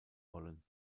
wollen